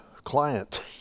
client